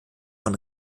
von